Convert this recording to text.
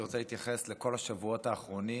אני רוצה להתייחס לכל השבועות האחרונים